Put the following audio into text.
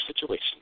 situation